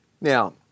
Now